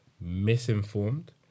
misinformed